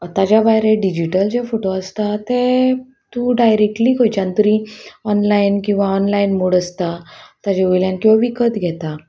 ताज्या भायर डिजीटल जे फोटो आसता ते तूं डायरेक्टली खंयच्यान तरी ऑनलायन किंवां ऑनलायन मोड आसता ताजे वयल्यान किंवां विकत घेता